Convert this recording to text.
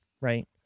right